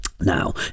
Now